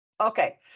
Okay